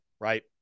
right